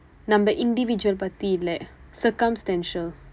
நம்ம:namma individual பற்றி இல்லை:parri illai circumstantial